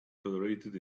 tolerated